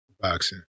boxing